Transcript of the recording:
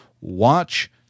watch